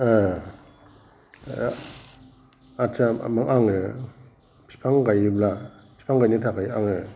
आच्चा आङो बिफां गायोब्ला बिफां गायनायनि थाखाय आङो